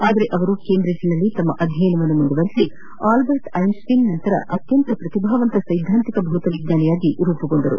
ಆದರೆ ಅವರು ಕೇಂಬ್ರಿಡ್ಜ್ನಲ್ಲಿ ತಮ್ಮ ಅಧ್ಯಯನವನ್ನು ಮುಂದುವರಿಸಿ ಆಲ್ಬರ್ಟ್ ಐನ್ಸ್ಟೀನ್ ನಂತರದ ಅತ್ಯಂತ ಪ್ರತಿಭಾವಂತ ಸ್ಟೆದ್ಲಾಂತಿಕ ಭೌತ ವಿಜ್ಞಾನಿಯಾಗಿ ರೂಪುಗೊಂಡರು